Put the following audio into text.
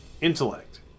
intellect